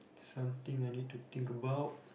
something I need to think about